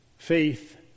Faith